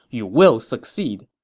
you will succeed.